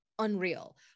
Unreal